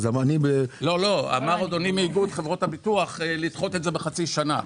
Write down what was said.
אמר אדוני מאיגוד חברות הביטוח: "לדחות את זה בחצי שנה".